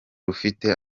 rufite